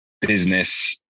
business